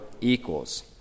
equals